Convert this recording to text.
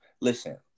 Listen